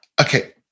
Okay